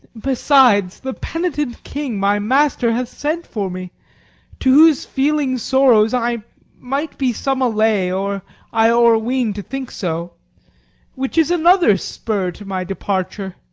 besides, the penitent king, my master, hath sent for me to whose feeling sorrows i might be some allay, or i o'erween to think so which is another spur to my departure.